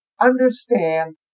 understand